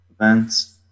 events